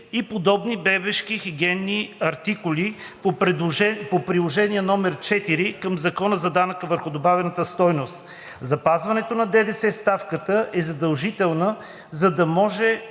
и подобни бебешки хигиенни артикули по приложение № 4 към Закона за данък върху добавената стойност. Запазването на ДДС ставката е задължително, за да може